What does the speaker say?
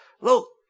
Look